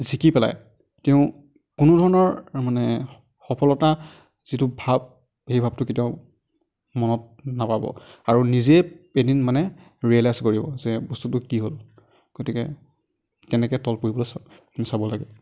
জিকি পেলাই তেওঁ কোনোধৰণৰ মানে সফলতা যিটো ভাৱ সেই ভাৱটো কেতিয়াও মনত নাপাব আৰু নিজে এদিন মানে ৰিয়েলাইজ কৰিব যে বস্তুটো কি হ'ল গতিকে তেনেকৈ তল পৰিবলৈ চা মানে চাব লাগে